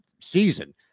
season